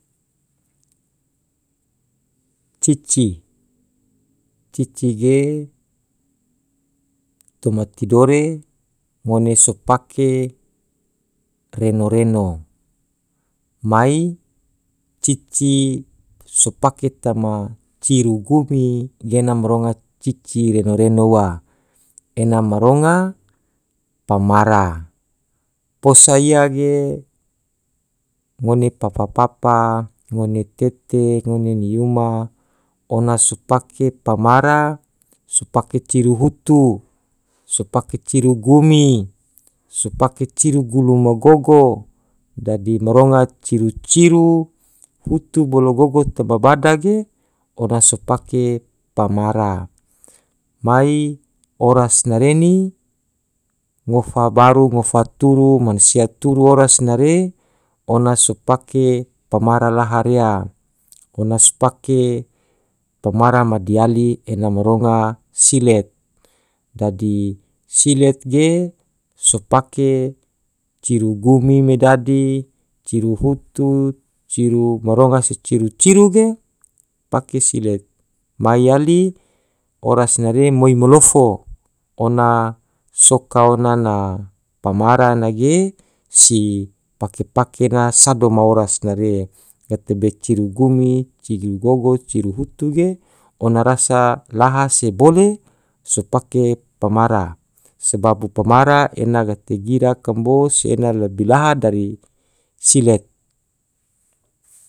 cici, cici ge toma tidore ngone sopake reno reno mai cici sopake tama ciru gumi gena mronga cici reno reno ua ena ma ronga pamara posa ia ge ngone papa papa, ngone tete, ngone ni yuma ona so peke pamara so pake ciru hutu. so pake ciru gumi. su pake ciru gulumagogo dadi maronga ciru ciru hutu bolo gogo toma bada ge ona so pake pamara mai oras nareni ngofa baru ngofa turu mansia turu oras nare ona so pake pamara laha rea ona sopake pamara ma diyali maronga silet dadi ge so pake ciru gumi me dadi, ciru hutu, ciru maronga se ciru ciru ge pake silet mai yali oras nare moi malofo ona soka ona na pamara nage si pake pake ena sado ma oras nare gate be ciru gumi. ciru gogo, ciru hutu ge ona rasa laha se bole sopake pamara sebabu pamara ena gate gira kambo se ena labi laha dari silet